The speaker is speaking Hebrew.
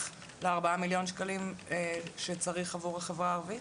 ל-4 מיליון שקלים שצריך עבור החברה הערבית?